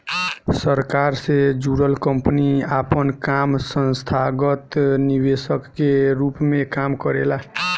सरकार से जुड़ल कंपनी आपन काम संस्थागत निवेशक के रूप में काम करेला